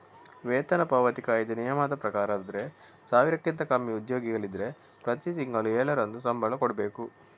ವೇತನ ಪಾವತಿ ಕಾಯಿದೆ ನಿಯಮದ ಪ್ರಕಾರ ಆದ್ರೆ ಸಾವಿರಕ್ಕಿಂತ ಕಮ್ಮಿ ಉದ್ಯೋಗಿಗಳು ಇದ್ರೆ ಪ್ರತಿ ತಿಂಗಳು ಏಳರಂದು ಸಂಬಳ ಕೊಡ್ಬೇಕು